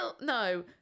no